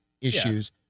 issues